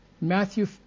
Matthew